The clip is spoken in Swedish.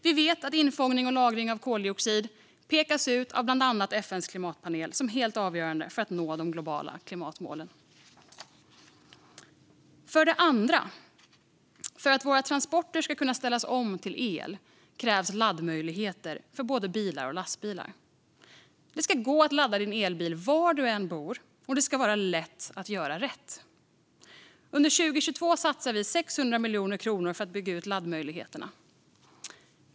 Vi vet att infångning och lagring av koldioxid pekas ut av bland annat FN:s klimatpanel som helt avgörande för att nå de globala klimatmålen. För det andra: För att våra transporter ska kunna ställas om till el krävs laddmöjligheter för både bilar och lastbilar. Det ska gå att ladda din elbil var du än bor, och det ska vara lätt att göra rätt. Under 2022 satsar vi 600 miljoner kronor på att bygga ut laddmöjligheterna.